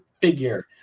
figure